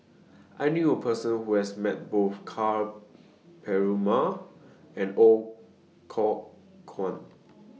I knew A Person Who has Met Both Ka Perumal and Ooi Kok Chuen